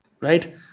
right